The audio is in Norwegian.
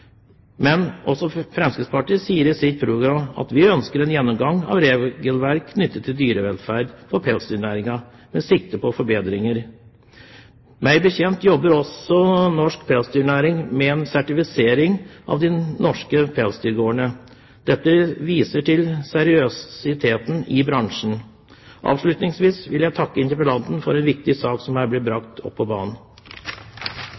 Men også Fremskrittspartiet sier i sitt program at vi ønsker en gjennomgang av regelverk knyttet til dyrevelferd for pelsdyrnæringen med sikte på forbedringer. Meg bekjent jobber også norsk pelsdyrnæring med en sertifisering av de norske pelsdyrgårdene. Dette viser seriøsiteten i bransjen. Avslutningsvis vil jeg takke interpellanten for at en viktig sak er blitt brakt på banen. Med bakgrunn i mye av det som